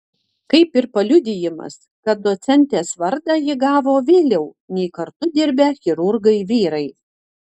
kaip ir paliudijimas kad docentės vardą ji gavo vėliau nei kartu dirbę chirurgai vyrai